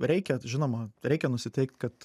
reikia žinoma reikia nusiteikt kad